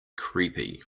creepy